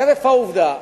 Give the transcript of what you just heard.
חרף העובדה